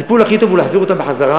הטיפול הכי טוב הוא להחזיר אותם לארצם,